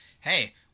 hey